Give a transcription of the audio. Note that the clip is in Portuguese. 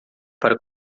para